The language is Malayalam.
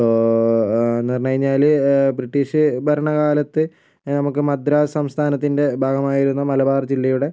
അപ്പോൾ എന്ന് പറഞ്ഞ് കഴിഞ്ഞാല് ബ്രിട്ടീഷ് ഭരണ കാലത്ത് നമുക്ക് മദ്രാസ് സംസ്ഥാനത്തിൻ്റെ ഭാഗമായിരുന്നു മലബാർ ജില്ലയുടെ